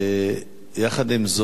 יחד עם זאת,